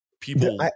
people